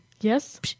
Yes